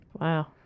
Wow